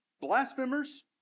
blasphemers